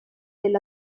del